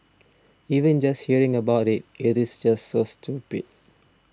even just hearing about it it is just so stupid